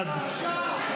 הישראלית.